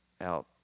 out